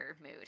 mood